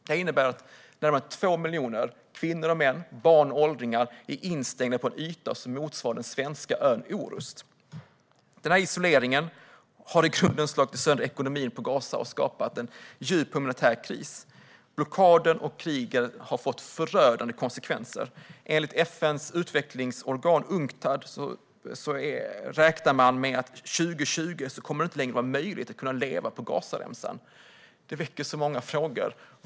Detta innebär att närmare 2 miljoner kvinnor och män, barn och åldringar är instängda på en yta som motsvarar den svenska ön Orust. Denna isolering har i grunden slagit sönder ekonomin i Gaza och skapat en djup humanitär kris. Blockaden och krigen har fått förödande konsekvenser. Enligt FN:s utvecklingsorgan Unctad räknar man med att det 2020 inte längre kommer att vara möjligt att leva på Gazaremsan. Det väcker så många frågor.